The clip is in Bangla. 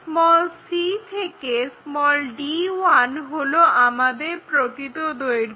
c থেকে d1 হলো আমাদের প্রকৃত দৈর্ঘ্য